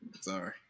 Sorry